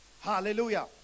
hallelujah